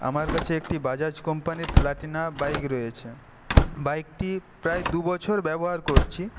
আমার কাছে একটি বাজাজ কোম্পানির প্ল্যাটিনা বাইক রয়েছে বাইকটি প্রায় দু বছর ব্যবহার করছি